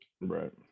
Right